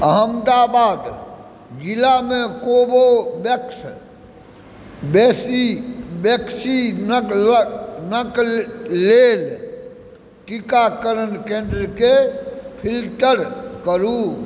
अहमदाबाद जिलामे Corbevax vaccine क लेल टीकाकरण केन्द्रके फिल्टर करू